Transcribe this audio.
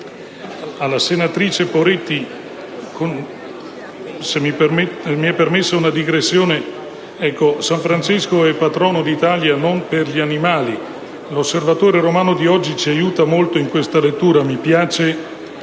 Senatrice Poretti (se mi è permessa una digressione): San Francesco è patrono d'Italia, non degli animali. «L'Osservatore Romano» di oggi ci aiuta molto in questa lettura. Mi piace